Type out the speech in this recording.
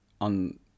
on